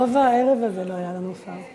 רוב הערב הזה לא היה לנו שר.